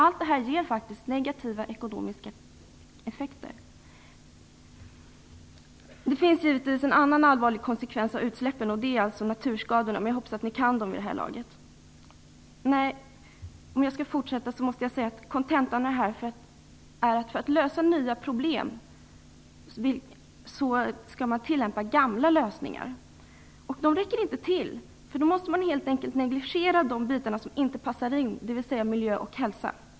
Allt det här ger faktiskt negativa ekonomiska effekter. Det finns givetvis en annan allvarlig konsekvens av utsläppen, och det är naturskadorna, men jag hoppas att ni kan dem vid det här laget. Kontentan av det här är att för att lösa nya problem försöker man tillämpa gamla lösningar, och de räcker inte till - då måste man helt enkelt negligera de bitar som inte passar in, dvs. miljö och hälsa.